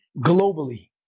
globally